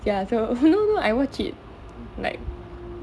ya so no no I watch it like